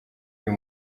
uyu